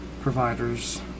providers